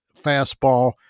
fastball